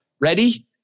Ready